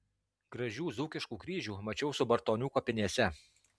gražių dzūkiškų kryžių mačiau subartonių kapinėse